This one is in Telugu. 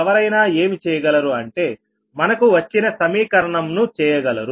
ఎవరైనా ఏమి చేయగలరు అంటే మనకు వచ్చిన సమీకరణం ను చేయగలరు